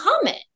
comment